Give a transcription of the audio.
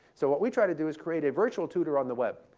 so what we try to do is create a virtual tutor on the web.